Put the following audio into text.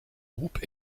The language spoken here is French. groupe